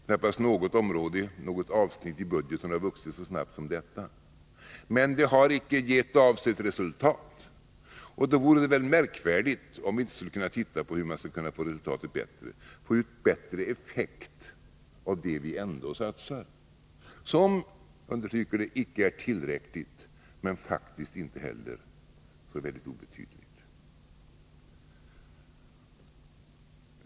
Knappast något annat område eller avsnitt i budgeten har vuxit så snabbt som detta. Men resultatet har icke blivit det avsedda. Då vore det väl märkligt om vi inte kunde undersöka hur man skulle kunna få ett bättre resultat, få ut en bättre effekt av det som vi ändå satsar, vilket — jag understryker det — icke är tillräckligt men faktiskt inte heller helt obetydligt.